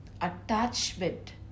attachment